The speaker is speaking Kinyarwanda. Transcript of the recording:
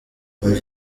umva